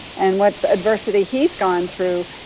and what adversity he's gone through,